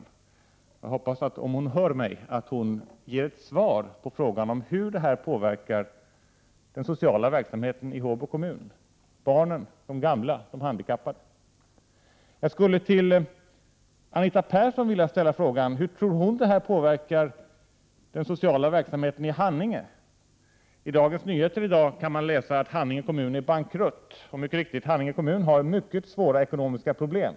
Om hon hör mig hoppas jag att hon kommer att ge ett svar på frågan om hur detta påverkar den sociala verksamheten för barn, gamla och handikappade i Håbo kommun. Till Anita Persson skulle vilja ställa frågan hur hon tror att detta påverkar den sociala verksamheten i Haninge. I Dagens Nyheter kan man i dag läsa att Haninge kommun är bankrutt. Det är riktigt att Haninge kommun har mycket svåra ekonomiska problem.